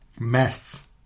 Mess